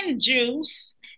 juice